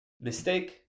mistake